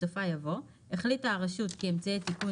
בסופה יבוא: "; החליטה הרשות כי אמצעי התיקון